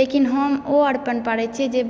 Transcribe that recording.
लेकिन हम ओ अरिपन पारे छियै जे